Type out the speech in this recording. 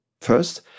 First